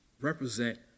represent